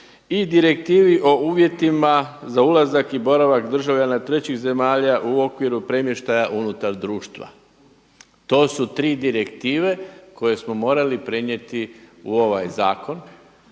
i Direktivi o uvjetima za ulazak i boravak državljana trećih zemalja u okviru premještaja unutar društva. To su tri direktive koje smo morali prenijeti u ovaj zakon,